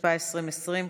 התשפ"א 2020,